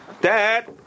dad